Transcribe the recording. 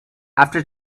after